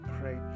pray